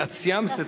את סיימת,